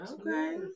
Okay